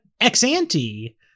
ex-ante-